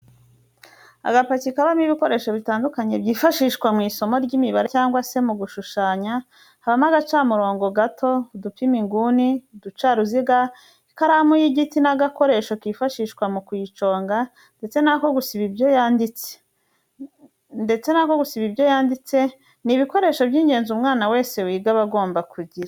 Agapaki kabamo ibikoresho bitandukanye byifashishwa mu isomo ry'imibare cyangwa se mu gushushanya habamo agacamurongo gato, udupima inguni, uducaruziga, ikaramu y'igiti n'agakoresho kifashishwa mu kuyiconga ndetse n'ako gusiba ibyo yanditse, ni ibikoresho by'ingenzi umwana wese wiga aba agomba kugira.